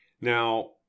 Now